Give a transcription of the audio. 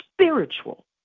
spiritual